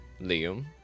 Liam